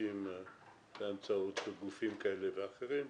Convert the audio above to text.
שירותים באמצעות גופים כאלה ואחרים,